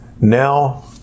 now